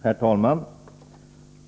Herr talman!